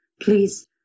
please